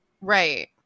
Right